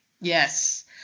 Yes